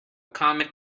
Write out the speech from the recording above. comet